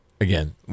again